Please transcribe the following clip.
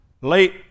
late